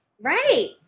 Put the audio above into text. Right